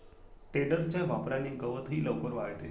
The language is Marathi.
टेडरच्या वापराने गवतही लवकर वाळते